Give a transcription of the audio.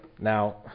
Now